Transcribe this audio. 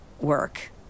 work